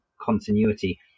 continuity